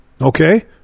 Okay